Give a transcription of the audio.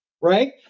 right